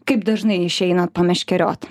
kaip dažnai išeina pameškeriot